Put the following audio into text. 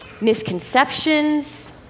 misconceptions